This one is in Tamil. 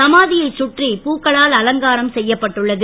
சமாதியை சுற்றி பூக்களால் அலங்காரம் செய்யப்பட்டுள்ளது